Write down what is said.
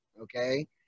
okay